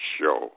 show